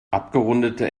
abgerundete